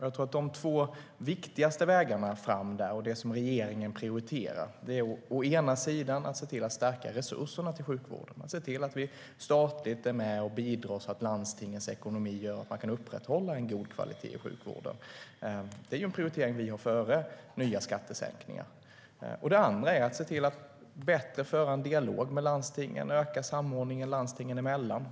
Jag tror att de två viktigaste vägarna fram där, och det som regeringen prioriterar, är att vi å ena sidan ser till att stärka resurserna till sjukvården och att vi ser till att staten är med och bidrar så att landstingens ekonomi gör att de kan upprätthålla en god kvalitet i sjukvården - det är något vi prioriterar före nya skattesänkningar - och att vi å andra sidan ser till att bättre föra en dialog med landstingen och öka samordningen landstingen emellan.